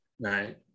Right